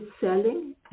Selling